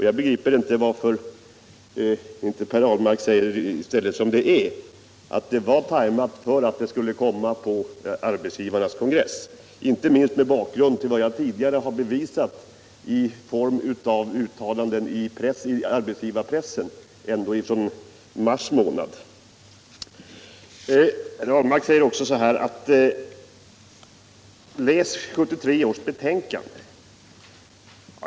Jag begriper inte varför inte Per Ahlmark säger som det är nämligen att det var tajmat så att det skulle komma på Ar betsgivareföreningens kongress, inte minst mot bakgrund av vad jag ti — Om planerade digare har bevisat genom uttalanden i arbetsgivarpressen ända från mars — ändringar i lagen månad. om anställnings Per Ahlmark rekommenderade mig att läsa 1973 års betänkande.